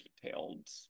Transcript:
detailed